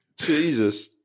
Jesus